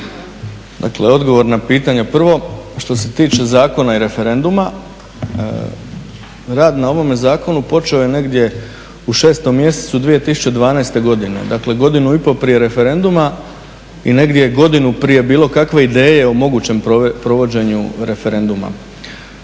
Dakle, odgovor na pitanje. Prvo što se tiče zakona i referenduma. Rad na ovome zakonu počeo je negdje u šestom mjesecu 2012. godine. Dakle, godinu i pol prije referenduma i negdje godinu prije bilo kakve ideje o mogućem provođenju referenduma.